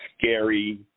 scary